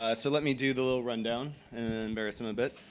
ah so let me do the little run down and embarrass him a bit.